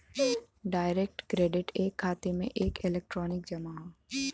direct credit एक खाते में एक इलेक्ट्रॉनिक जमा हौ